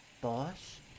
Boss